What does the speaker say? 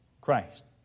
Christ